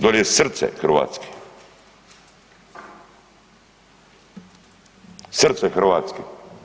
Dolje je srce Hrvatske, srce Hrvatske.